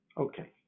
Okay